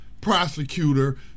prosecutor